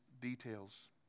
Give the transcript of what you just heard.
details